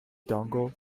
dongle